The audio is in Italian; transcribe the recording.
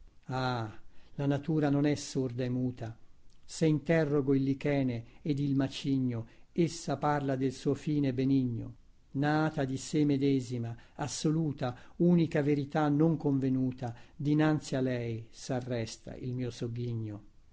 ah la natura non è sorda e muta se interrogo il lichène ed il macigno essa parla del suo fine benigno nata di sè medesima assoluta unica verità non convenuta dinnanzi a lei sarresta il mio